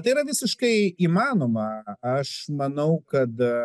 tai yra visiškai įmanoma aš manau kad